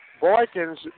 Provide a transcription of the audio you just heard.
Boykins